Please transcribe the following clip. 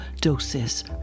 doses